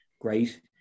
Great